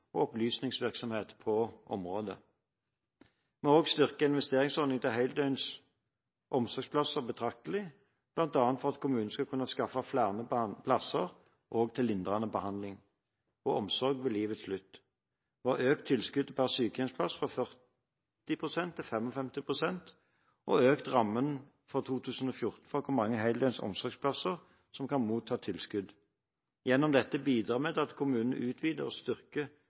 og til opplysningsvirksomhet på området. Vi har også styrket investeringsordningen for heldøgns omsorgsplasser betraktelig, bl.a. for at kommunene skal kunne skaffe flere plasser til lindrende behandling og omsorg ved livets slutt. Vi har økt tilskuddet per sykehjemsplass fra 40 pst. til 55 pst., og vi har økt rammene for 2014 for hvor mange heldøgns omsorgsplasser som kan motta tilskudd. Gjennom dette bidrar vi til at kommunene utvider og styrker